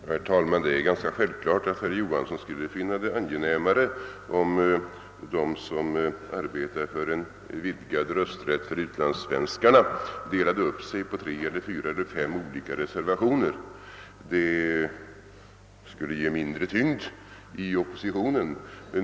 Herr talman! Det är ganska självklart att herr Johansson i Trollhättan skulle finna det angenämare, om de som arbetar för en vidgning av rösträtten för utlandssvenskarna delade upp sig på tre, fyra eller fem olika reservationer. Detta skulle ge mindre tyngd i oppositionen.